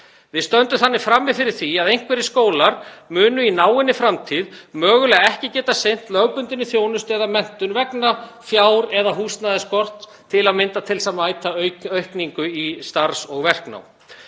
Við stöndum þannig frammi fyrir því að einhverjir skólar munu í náinni framtíð mögulega ekki geta sinnt lögbundinni þjónustu eða menntun vegna fjár- eða húsnæðisskorts, til að mynda til þess að mæta aukningu í starfs- og verknám.